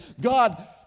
God